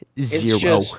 zero